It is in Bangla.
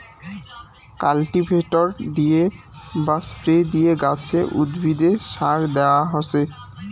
কাল্টিভেটর দিয়ে বা স্প্রে দিয়ে গাছে, উদ্ভিদে সার দেয়া হসে